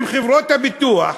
עם חברות הביטוח,